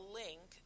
link